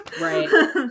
Right